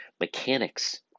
mechanics